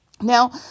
Now